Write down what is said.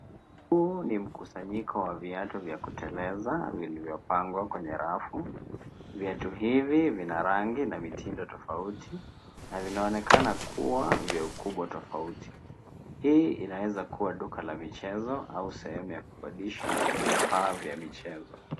Huu ni mkusanyiko wa viatu vya kuteleza, vilivyopangwa kwenye rafu. Viatu hivi vina rangi, na mitindo tofauti, na vinaonekana kuwa vya ukubwa tofauti. Hii inaeza kuwa duka la michezo, au sehemu ya kukodisha vifaa vya michezo.